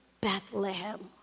Bethlehem